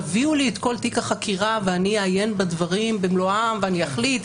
תביאו לי את כל תיק החקירה ואני אעיין בדברים במלואם ואני אחליט?